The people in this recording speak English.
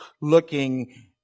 looking